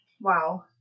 Wow